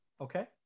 Okay